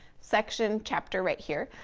section chapter right here,